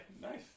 nice